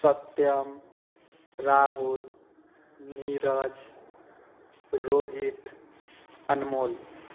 Satyam Rahul Neeraj Rohit Anmol